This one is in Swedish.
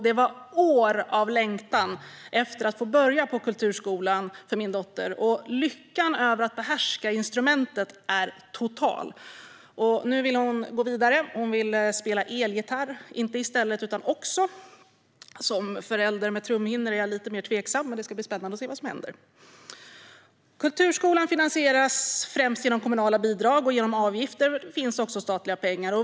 Det var år av längtan efter att få börja på kulturskolan för min dotter, och lyckan över att behärska instrumentet är total. Nu vill hon gå vidare och spela elgitarr också. Som förälder med trumhinnor är jag lite mer tveksam. Men det ska bli spännande att se vad som händer. Kulturskolan finansieras främst genom kommunala bidrag och genom avgifter. Det finns också statliga pengar.